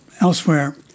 elsewhere